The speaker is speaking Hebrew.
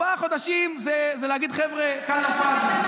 לא, ארבעה חודשים זה להגיד: חבר'ה, כלאם פאדי.